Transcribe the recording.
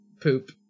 poop